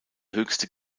höchste